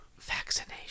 Vaccination